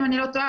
אם אני לא טועה,